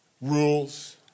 rules